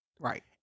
right